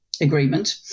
agreement